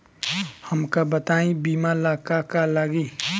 हमका बताई बीमा ला का का लागी?